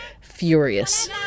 furious